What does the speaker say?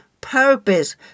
purpose